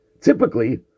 Typically